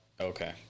Okay